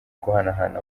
guhanahana